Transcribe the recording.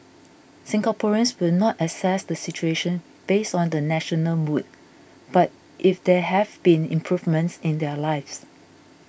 Singaporeans will not assess the situation based on the national mood but if there have been improvements in their lives